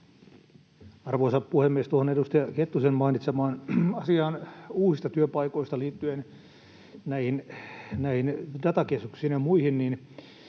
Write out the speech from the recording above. Arvoisa puhemies! Tuohon edustaja Kettusen mainitsemaan asiaan uusista työpaikoista liittyen näihin datakeskuksiin ja muihin: